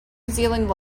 zealand